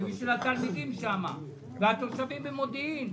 ובשביל התלמידים שם, ובשביל התושבים במודיעין.